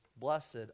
Blessed